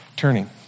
turning